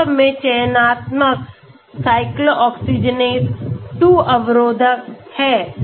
वास्तव में चयनात्मक cyclooxygenase 2 अवरोधक है